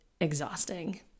exhausting